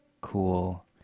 cool